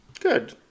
Good